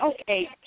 Okay